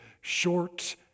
short